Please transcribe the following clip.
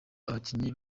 abakinnyi